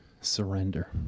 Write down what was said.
surrender